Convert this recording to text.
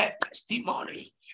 testimony